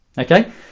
Okay